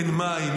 אין מים,